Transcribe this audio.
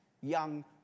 young